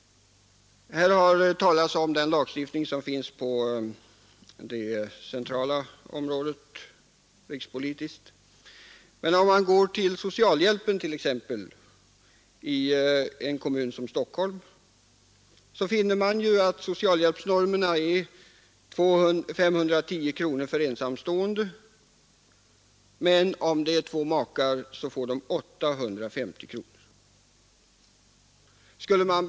Här talas om den allmänna lagstiftningen som finns på området. Men om man går till socialhjälpen t.ex. i en kommun som Stockholm så finner man att socialhjälpsnormen i april 1971 var 510 kronor för ensamstående och 850 kronor för två makar.